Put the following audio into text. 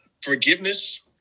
forgiveness